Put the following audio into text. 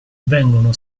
vengono